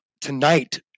tonight